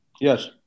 Yes